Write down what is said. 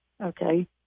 Okay